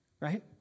right